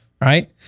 right